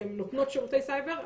שהם נותנות שרות סייבר,